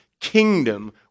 kingdom